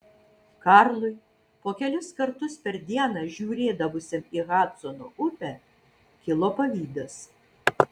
karlui po kelis kartus per dieną žiūrėdavusiam į hadsono upę kilo pavydas